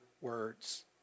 words